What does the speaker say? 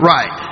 Right